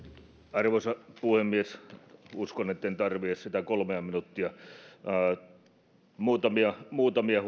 arvoisa puhemies uskon etten tarvitse edes sitä kolmea minuuttia muutamia muutamia